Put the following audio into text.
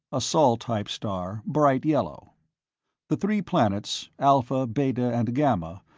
a sol-type star, bright yellow the three planets, alpha, beta and gamma,